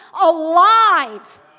alive